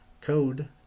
Code